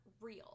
real